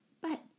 But